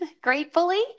gratefully